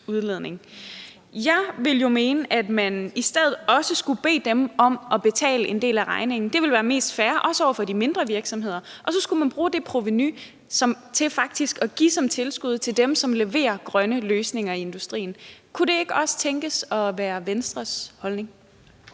Jeg ville jo mene, at man også skulle bede dem om at betale en del af regningen. Det ville være mest fair, også over for de mindre virksomheder, og så skulle man bruge det provenu og faktisk give det som tilskud til dem, som leverer grønne løsninger i industrien. Kunne det ikke også tænkes at være Venstres holdning?